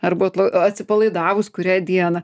arba atsipalaidavus kurią dieną